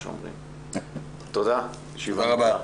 תודה רבה,